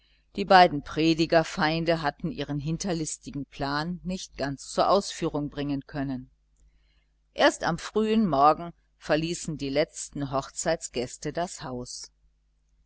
die beiden predigerfeinde hatten ihren hinterlistigen plan nicht ganz zur ausführung bringen können erst am frühen morgen verließen die letzten hochzeitsgäste das haus